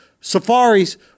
safaris